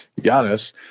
Giannis